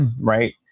right